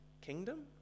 kingdom